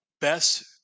best